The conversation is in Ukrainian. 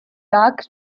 так